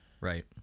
Right